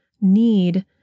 need